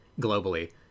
globally